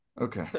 Okay